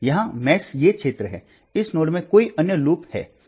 यहाँ जाल ये क्षेत्र हैं इस नोड में कोई अन्य लूप हैं